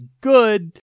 good